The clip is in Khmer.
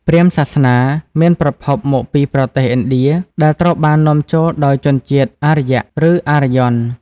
ព្រាហ្មណ៍សាសនា មានប្រភពមកពីប្រទេសឥណ្ឌា ដែលត្រូវបាននាំចូលដោយជនជាតិ អារ្យ (Arya) ឬ អារ្យ័ន (Aryan)។